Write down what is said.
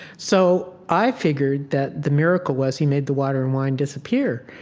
so i figured that the miracle was he made the water and wine disappear.